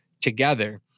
together